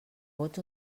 vots